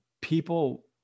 people